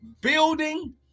building